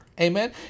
Amen